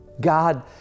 God